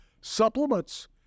supplements